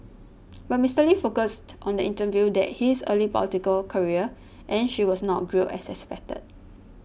but Mister Lee focused on the interview about his early political career and she was not grilled as expected